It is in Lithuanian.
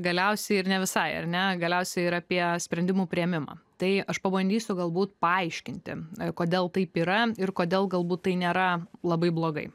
galiausiai ir ne visai ar ne galiausiai ir apie sprendimų priėmimą tai aš pabandysiu galbūt paaiškinti kodėl taip yra ir kodėl galbūt tai nėra labai blogai